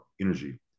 energy